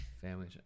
family